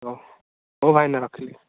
ହଁ ହଉ ଭାଇନା ରଖିଲି